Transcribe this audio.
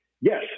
yes